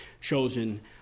chosen